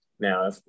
Now